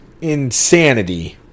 insanity